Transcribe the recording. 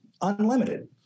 unlimited